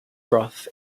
broth